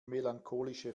melancholische